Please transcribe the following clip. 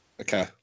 okay